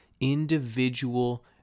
individual